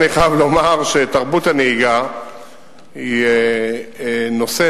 אני חייב לומר שתרבות הנהיגה היא נושא,